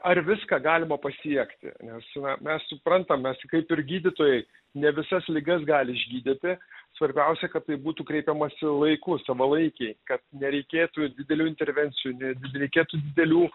ar viską galima pasiekti nes mes suprantam mes kaip ir gydytojai ne visas ligas gali išgydyti svarbiausia kad tai būtų kreipiamasi laiku savalaikiai kad nereikėtų didelių intervencijų ne did reikėtų didelių